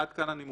עד כאן הנימוקים